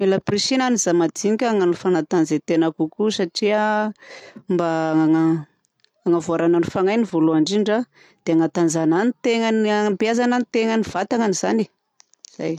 Mila amporisihina ny za madinika hagnano fanatanjahan-tena kokoa satria mba hagnavoarana ny fagnahiny voalohany ndrindra de hanatanjahana ny teneny hanabeazana ny tenany ny vatanany zany e. Zay!